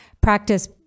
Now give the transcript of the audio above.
Practice